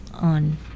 on